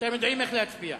אתם יודעים איך להצביע.